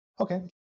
Okay